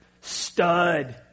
stud